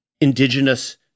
indigenous